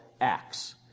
acts